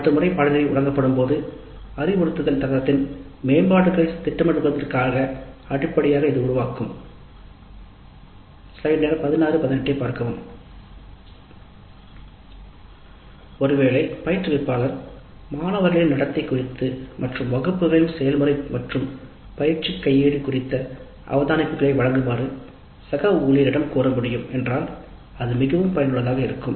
அடுத்த முறை பாடநெறி வழங்கப்படும் போது அறிவுறுத்தல் தரத்தின் மேம்பாடுகளைத் திட்டமிடுவதற்கான அடிப்படையை இது உருவாக்கும் பயிற்றுவிப்பாளரின் நடத்தை குறித்து மற்றும் வகுப்புகளின் செயல்முறை மற்றும் பயிற்சி கையேடு குறித்த அவதானிப்புகளை வழங்குமாறு சக ஊழியரிடம் கோர முடியும் என்றால் அது மிகவும் பயனுள்ளதாக இருக்கும்